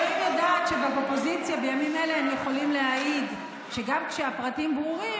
אלוהים יודעת שבאופוזיציה בימים אלו יכולים להעיד שגם כשהפרטים ברורים,